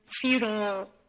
feudal